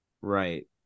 right